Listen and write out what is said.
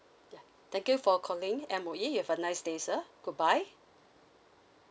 ya thank you for calling M_O_E you have a nice day sir goodbye